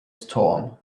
storm